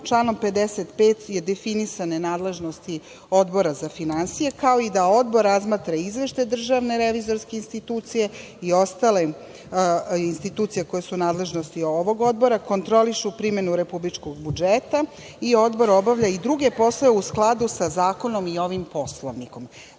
članom 55. su definisane nadležnosti Odbora za finansije, kao i da Odbor razmatra izveštaj DRI i ostale institucije koje su u nadležnosti ovog odbora kontrolišu primenu republičkog budžeta i Odbor obavlja i druge poslove u skladu sa zakonom i ovim Poslovnikom. Znači,